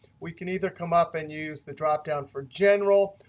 we can either come up and use the dropdown for general,